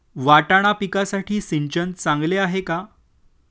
वाटाणा पिकासाठी सिंचन चांगले आहे का?